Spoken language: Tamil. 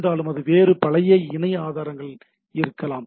இருந்தாலும் அது வேறு பல இணைய ஆதாரங்கள் இருக்கலாம்